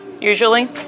usually